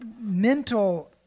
mental